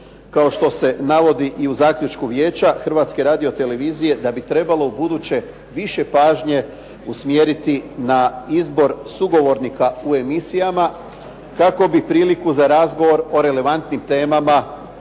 kao što se navodi i u zaključku Vijeća Hrvatske radio-televizije da bi trebalo ubuduće više pažnje usmjeriti na izbor sugovornika u emisijama, kako bi priliku za razgovor o relevantnim temama